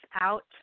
out